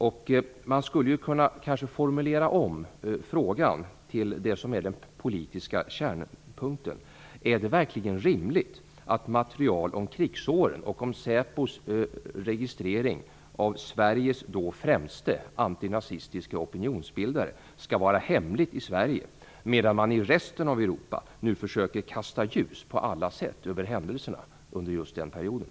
Man kanske skulle kunna formulera om frågan till det som är den politiska kärnpunkten: Är det verkligen rimligt att material om krigsåren och om SÄPO:s registrering av Sveriges då främste antinazistiske opinionsbildare skall vara hemligt i Sverige, medan man i resten av Europa på alla sätt nu försöker kasta ljus över händelserna under just den perioden?